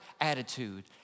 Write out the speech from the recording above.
attitude